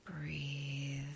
Breathe